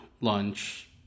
lunch